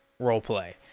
roleplay